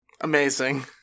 Amazing